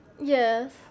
Yes